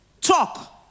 talk